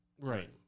right